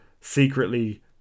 secretly